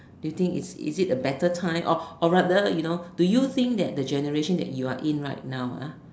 do you think it's is it a better time or or rather you know do you think that the generation that you are in right now ah